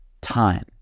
time